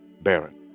Baron